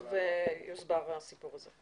תיכף יוסבר הסיפור הזה.